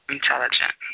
Intelligent